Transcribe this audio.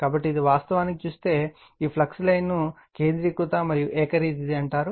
కాబట్టి ఇది వాస్తవానికి చూస్తే ఈ ఫ్లక్స్ లైన్ను కేంద్రీకృత మరియు ఏకరీతి అంటారు